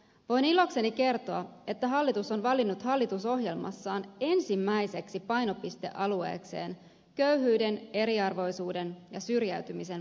voin ilokseni kertoa että hallitus on valinnut hallitusohjelmassaan ensimmäiseksi painopistealueekseen köyhyyden eriarvoisuuden ja syrjäytymisen vähentämisen